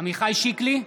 עמיחי שיקלי,